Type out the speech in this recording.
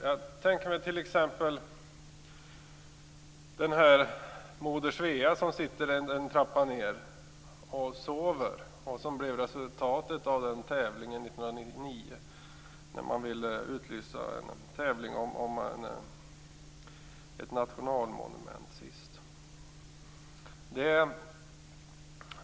Jag tänker då på statyn av Moder Svea som sitter här i huset några trappor ned och sover, vilket blev resultatet när man 1989 utlyste en tävling om ett nationalmonument.